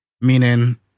meaning